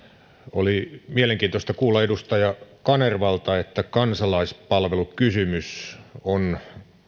oli mielenkiintoista kuulla edustaja kanervalta että kansalaispalvelukysymys on